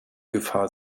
gefahr